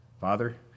Father